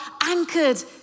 anchored